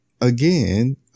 again